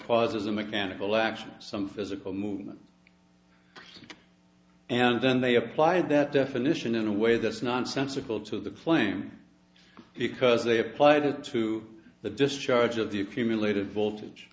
causes a mechanical action some physical movement and then they apply that definition in a way that's nonsensical to the flame because they apply that to the discharge of the accumulated voltage